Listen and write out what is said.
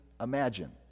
imagine